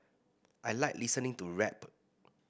I like listening to rap